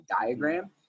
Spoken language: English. diagram